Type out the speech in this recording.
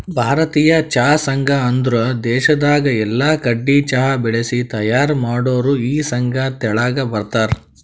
ಭಾರತೀಯ ಚಹಾ ಸಂಘ ಅಂದುರ್ ದೇಶದಾಗ್ ಎಲ್ಲಾ ಕಡಿ ಚಹಾ ಬೆಳಿಸಿ ತೈಯಾರ್ ಮಾಡೋರ್ ಈ ಸಂಘ ತೆಳಗ ಬರ್ತಾರ್